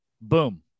boom